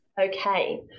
okay